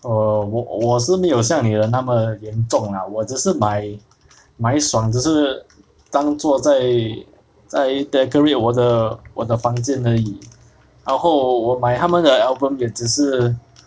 err 我我是没有像你的那么严重 ah 我只是买买爽只是当作在 decorate 我的 decorate 我的我的房间而已然后我买她们的 album 也只是